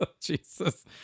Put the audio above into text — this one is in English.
Jesus